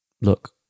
Look